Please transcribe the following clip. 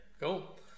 cool